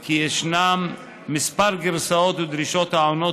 כי ישנן כמה גרסאות ודרישות העונות